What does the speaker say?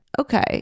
Okay